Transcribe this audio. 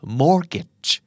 mortgage